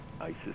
ISIS